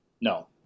No